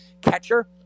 Catcher